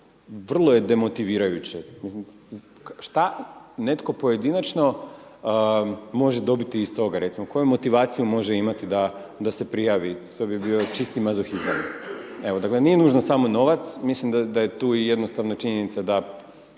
Vrlo je demotivirajuće šta netko pojedinačno može dobiti iz toga, recimo koju motivaciju može imati da se prijavi, to bi bio čisti mazohizam, evo dakle nije nužno samo novac, mislim da je tu jednostavno i činjenica da